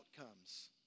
outcomes